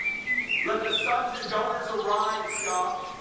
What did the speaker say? let the sons and daughters arise, god!